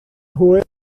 hwyl